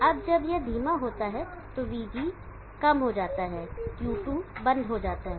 अब जब यह धीमा होता है तो Vg धीमा हो जाता है Q2 बंद हो जाता है